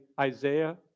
Isaiah